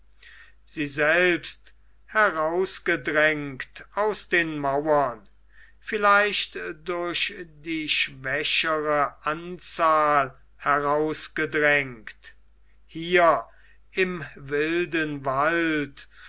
sie selbst herausgedrängt aus den mauern vielleicht durch die schwächere anzahl herausgedrängt hier im wilden wald